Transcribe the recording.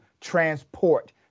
transport